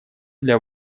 для